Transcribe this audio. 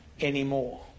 anymore